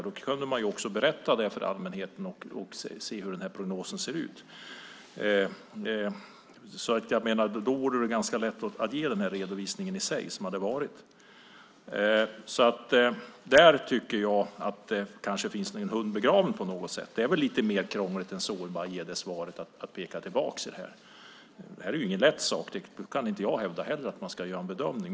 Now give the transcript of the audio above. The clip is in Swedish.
Då kunde man också berätta det för allmänheten och se hur den här prognosen ser ut. Jag menar att det då vore ganska lätt att ge denna redovisning. Där tycker jag att det kanske finns en hund begraven på något sätt. Det är väl lite mer krångligt än att bara som svar peka tillbaka. Detta är inte något som är lätt. Jag kan inte heller hävda att man ska göra en bedömning.